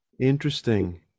Interesting